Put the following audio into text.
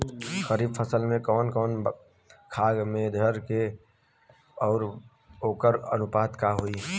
खरीफ फसल में कवन कवन खाद्य मेझर के पड़ी अउर वोकर अनुपात का होई?